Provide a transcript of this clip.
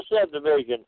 subdivision